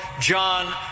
John